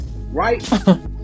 right